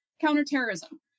counterterrorism